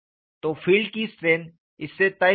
तो फील्ड की स्ट्रेंथ इससे तय होती है